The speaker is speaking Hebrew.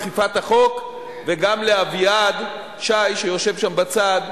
סעיפים 8 ו-9 אושרו לאחר ש-23 הצביעו בעד,